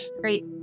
Great